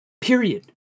period